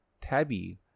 Tabby